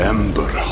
Ember